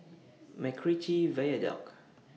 Macritchie Viaduct